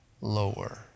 lower